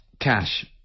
Cash